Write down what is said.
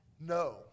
No